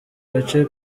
gace